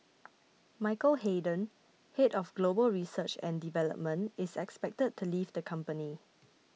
Michael Hayden head of global research and development is expected to leave the company